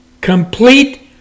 complete